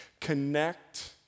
Connect